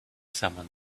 someone